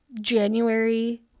January